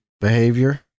behavior